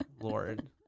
Lord